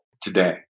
today